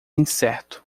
incerto